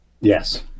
Yes